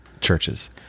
churches